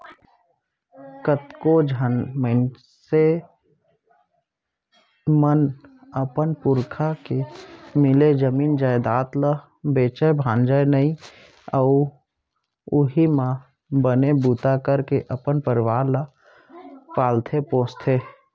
कतको झन मनसे मन अपन पुरखा ले मिले जमीन जयजाद ल बेचय भांजय नइ अउ उहीं म बने बूता करके अपन परवार ल पालथे पोसथे